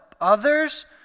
others